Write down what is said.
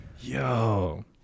Yo